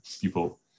people